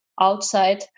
Outside